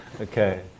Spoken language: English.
Okay